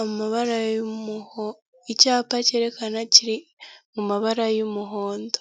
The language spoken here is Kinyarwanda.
amabara y'icyapa cyerekana kiri mu mabara y'umuhondo.